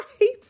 right